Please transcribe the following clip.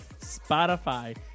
Spotify